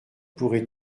pourrais